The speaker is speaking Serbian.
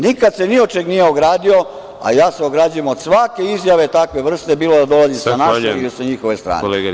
Nikad se ni od čega nije ogradio, a ja se ograđujem od svake izjave takve vrste, bilo da dolazi sa naše ili sa njihove strane.